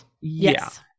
Yes